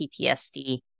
PTSD